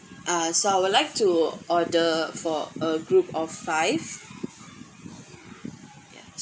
uh so I would like to order for a group of five